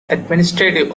administrative